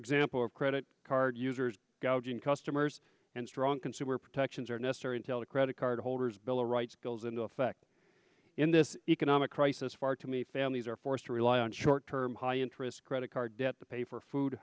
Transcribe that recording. example of credit card users gouging customers and strong consumer protections are necessary until the credit card holders bill of rights goes into effect in this economic crisis far too many families are forced to rely on short term high interest credit card debt to pay for food